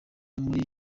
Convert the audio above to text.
muri